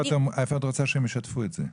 איפה את רוצה שהם ישתפו את זה?